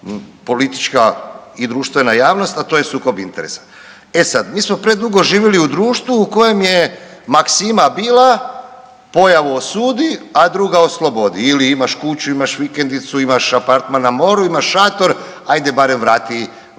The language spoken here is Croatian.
politička i društvena javnost, a to je sukob interesa. E sad, mi smo predugo živjeli u društvu u kojem je maksima bila pojavu osudi, a druga oslobodi. Ili imaš kuću, imaš vikendicu, imaš apartman na moru, imaš šator ajde barem vrati, vrati